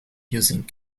using